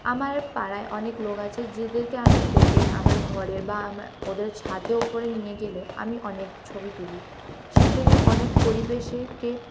আমার পাড়ায় অনেক লোক আছে যাদেরকে আমি ডেকে আমার ঘরের বা আমার ওদের ছাদের উপরে নিয়ে গেলে আমি অনেক ছবি তুলি সেই জন্য অনেক পরিবেশকে